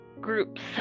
groups